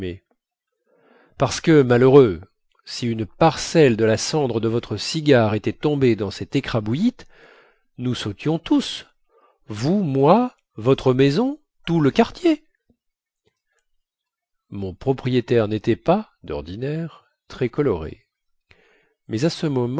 parce que malheureux si une parcelle de la cendre de votre cigare était tombée sur cette écrabouillite nous sautions tous vous moi votre maison tout le quartier mon propriétaire nétait pas dordinaire très coloré mais à ce